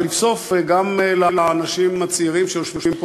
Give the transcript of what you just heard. ולבסוף גם לאנשים הצעירים שיושבים פה